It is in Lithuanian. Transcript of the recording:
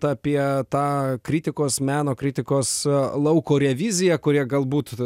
t apie tą kritikos meno kritikos lauko reviziją kuria galbūt